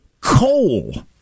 coal